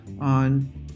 on